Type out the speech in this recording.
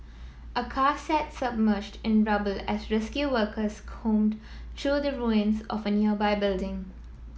a car sat submerged in rubble as rescue workers combed through the ruins of a nearby building